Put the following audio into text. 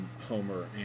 Homer